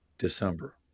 December